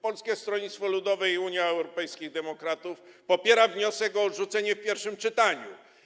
Polskie Stronnictwo Ludowe - Unia Europejskich Demokratów popiera wniosek o odrzucenie tego w pierwszym czytaniu.